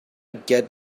get